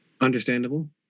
Understandable